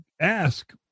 ask